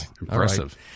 impressive